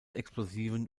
explosiven